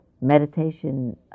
meditation